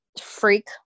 Freak